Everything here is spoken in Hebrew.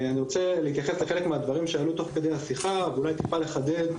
אני רוצה להתייחס לחלק מהדברים שעלו תוך כדי השיחה ואולי טיפה לחדד,